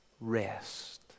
Rest